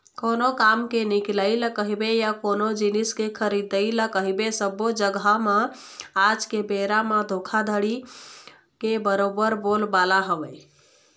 कोनो काम के निकलई ल कहिबे या कोनो जिनिस के खरीदई ल कहिबे सब्बो जघा म आज के बेरा म धोखाघड़ी के बरोबर बोलबाला हवय